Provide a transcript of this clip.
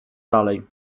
dalej